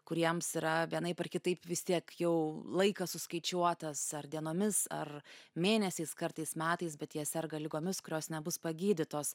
kuriems yra vienaip ar kitaip vis tiek jau laikas suskaičiuotas ar dienomis ar mėnesiais kartais metais bet jie serga ligomis kurios nebus pagydytos